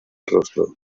rostro